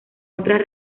otras